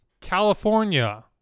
California